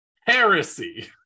heresy